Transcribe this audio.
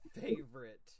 favorite